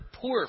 poor